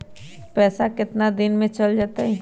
पैसा कितना दिन में चल जतई?